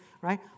right